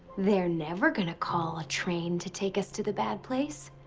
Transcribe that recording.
they're never gonna call a train to take us to the bad place.